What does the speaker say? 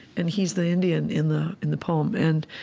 and he's the indian in the in the poem. and